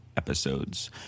episodes